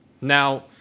Now